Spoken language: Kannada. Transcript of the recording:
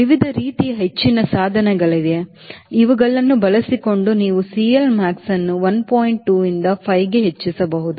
ವಿವಿಧ ರೀತಿಯ ಹೆಚ್ಚಿನ ಸಾಧನಗಳಿವೆ ಇವುಗಳನ್ನು ಬಳಸಿಕೊಂಡು ನೀವು ಸಿಎಲ್ಮ್ಯಾಕ್ಸ್ ಅನ್ನು 1